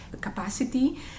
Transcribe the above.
capacity